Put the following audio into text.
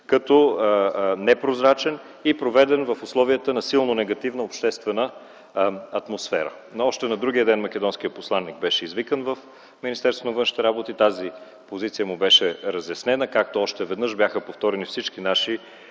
като непрозрачен и проведен в условията на силно негативна обществена атмосфера. Още на другия ден македонският посланик беше извикан в Министерството на външните работи. Тази позиция му беше разяснена, като още веднъж му беше повторено всичкото наше